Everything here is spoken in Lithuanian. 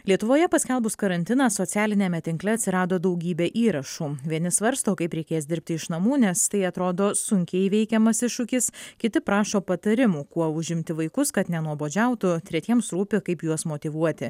lietuvoje paskelbus karantiną socialiniame tinkle atsirado daugybė įrašų vieni svarsto kaip reikės dirbti iš namų nes tai atrodo sunkiai įveikiamas iššūkis kiti prašo patarimų kuo užimti vaikus kad nenuobodžiautų tretiems rūpi kaip juos motyvuoti